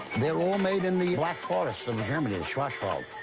they were all made in the black forest in germany so ah schoenwald.